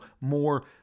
more